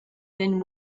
than